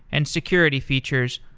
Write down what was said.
and security features,